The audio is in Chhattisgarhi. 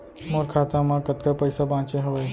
मोर खाता मा कतका पइसा बांचे हवय?